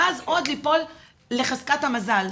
ואז עוד ליפול לחזקת המזל.